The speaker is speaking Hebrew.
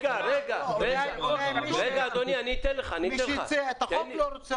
מי שהציע את החוק לא רוצה